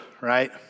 right